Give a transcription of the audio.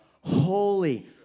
Holy